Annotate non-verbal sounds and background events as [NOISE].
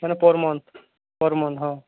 ମାନେ per month per [UNINTELLIGIBLE] ହଁ